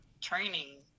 training